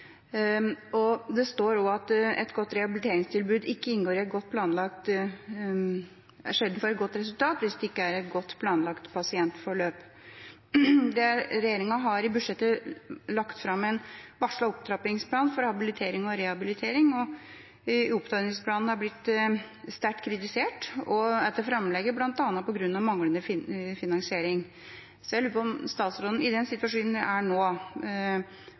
Det står også at et godt rehabiliteringstilbud sjelden får et godt resultat hvis det ikke er i et godt planlagt pasientforløp. Regjeringa har i budsjettet lagt fram en varslet opptrappingsplan for habilitering og rehabilitering. Opptrappingsplanen har blitt sterkt kritisert etter framlegget bl.a. grunnet manglende finansiering. Jeg lurer på om statsråden i den situasjonen vi er i nå,